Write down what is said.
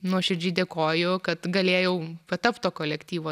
nuoširdžiai dėkoju kad galėjau patapt to kolektyvo